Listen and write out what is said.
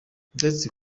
ndetse